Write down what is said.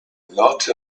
not